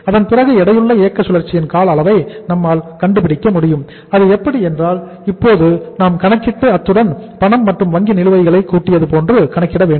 அதன் பிறகு எடையுள்ள இயக்க சுழற்சியின் கால அளவை நம்மால் கண்டுபிடிக்க முடியும் அது எப்படி என்றால் இப்போது நாம் கணக்கிட்டு அத்துடன் பணம் மற்றும் வங்கி நிலுவைகளை கூட்டியது போன்று கணக்கிட வேண்டும்